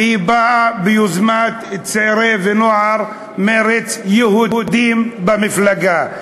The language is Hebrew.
שבאה ביוזמת צעירי ונוער מרצ יהודים במפלגה,